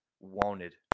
wanted